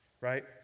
Right